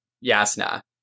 yasna